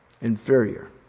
inferior